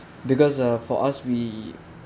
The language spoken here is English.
because ah for us we